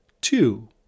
Two